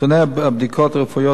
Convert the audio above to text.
נתוני הבדיקות הרפואיות,